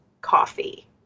coffee